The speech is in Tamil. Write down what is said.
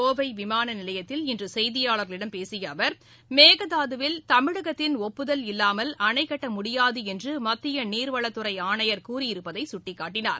கோவை விமான நிலையத்தில் இன்று செய்தியாளர்களிடம் பேசிய அவர் மேகதாதுவில் தமிழகத்தின் ஒப்புதல் இல்லாமல் அணை கட்ட முடியாது என்று மத்திய நீர்வளத்தறை ஆணையர் கூறியிருப்பதை சுட்டிக்காட்டினார்